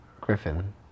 Griffin